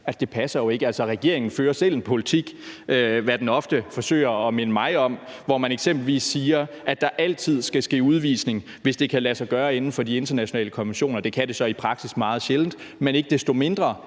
passer jo ikke. Altså, regeringen fører selv en politik, hvad den ofte forsøger at minde mig om, hvor man eksempelvis siger, at der altid skal ske udvisning, hvis det kan lade sig gøre inden for de internationale konventioner, og det kan det så i praksis meget sjældent. Men ikke desto mindre